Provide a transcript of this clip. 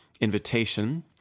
invitation